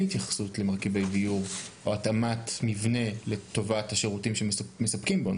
התייחסות למרכיבי דיור או התאמת מבנה לטובת השירותים שמספקים בו,